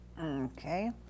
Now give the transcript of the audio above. Okay